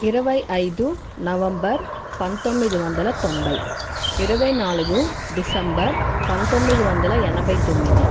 ఇరవై ఐదు నవంబర్ పంతొమ్మిది వందల తొంభై ఇరవై నాలుగు డిసెంబర్ పంతొమ్మిది వందల ఎనభై తొమ్మిది